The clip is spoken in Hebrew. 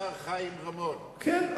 השר חיים רמון, כן.